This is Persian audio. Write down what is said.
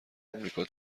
آمریکا